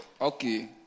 Okay